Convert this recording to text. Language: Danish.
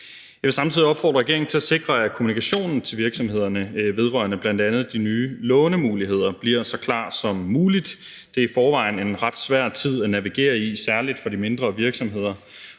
Jeg vil samtidig opfordre regeringen til at sikre, at kommunikationen til virksomhederne vedrørende bl.a. de nye lånemuligheder bliver så klar som mulig. Det er i forvejen en ret svær tid at navigere i, særlig for de mindre virksomheder,